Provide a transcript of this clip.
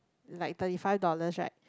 is like thirty five dollars right